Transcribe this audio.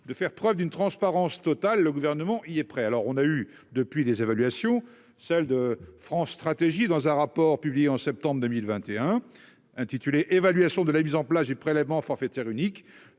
de faire preuve d'une transparence totale, le gouvernement, il est prêt, alors on a eu depuis des évaluations celles de France Stratégie dans un rapport publié en septembre 2021 intitulé évaluation de la mise en place du prélèvement forfaitaire unique et